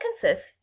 consists